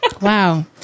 Wow